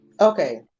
Okay